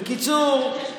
בקיצור,